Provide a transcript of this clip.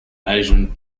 asian